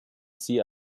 sie